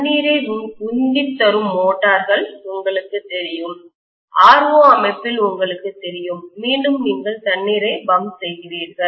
தண்ணீரை உந்தித் தரும் மோட்டார்கள் உங்களுக்குத் தெரியும் RO அமைப்பில் உங்களுக்குத் தெரியும் மீண்டும் நீங்கள் தண்ணீரை பம்ப் செய்கிறீர்கள்